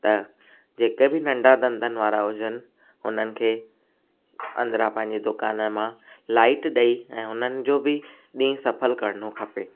त जेके बि नंढा धंधनि वारा हुजनि उन्हनि खे अंदरां पंहिंजी दुकाननि मां लाइट ॾेई ऐं हुननि जो बि ॾींहुं सफलु करिणो खपे